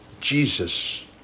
Jesus